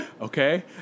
Okay